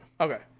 Okay